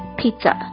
pizza